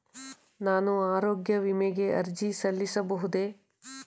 ನಾನು ಆರೋಗ್ಯ ವಿಮೆಗೆ ಅರ್ಜಿ ಸಲ್ಲಿಸಬಹುದೇ?